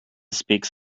speaks